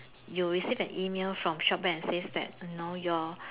you'll receive an email from shop back and says that know your